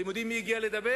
אתם יודעים מי הגיע לדבר?